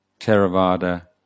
Theravada